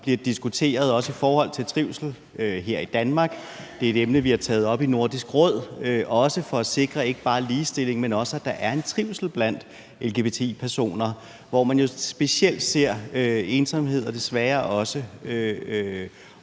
Det er et emne, vi har taget op i Nordisk Råd også for at sikre, ikke bare ligestilling, men også at der er en trivsel blandt lgbti-personer, hvor man jo specielt ser ensomhed og